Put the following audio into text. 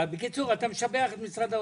בקיצור אתה משבח את משרד האוצר?